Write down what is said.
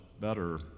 better